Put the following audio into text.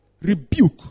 rebuke